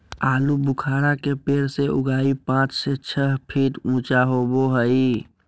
आलूबुखारा के पेड़ के उचाई पांच से छह फीट ऊँचा होबो हइ